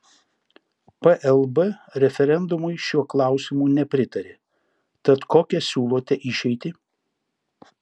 plb referendumui šiuo klausimu nepritarė tad kokią siūlote išeitį